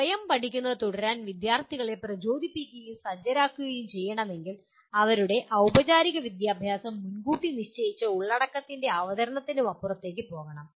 സ്വയം പഠിക്കുന്നത് തുടരാൻ വിദ്യാർത്ഥികളെ പ്രചോദിപ്പിക്കുകയും സജ്ജരാക്കുകയും ചെയ്യണമെങ്കിൽ അവരുടെ ഔപചാരിക വിദ്യാഭ്യാസം മുൻകൂട്ടി നിശ്ചയിച്ച ഉള്ളടക്കത്തിന്റെ അവതരണത്തിനപ്പുറത്തേക്ക് പോകണം